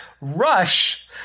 Rush